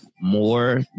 more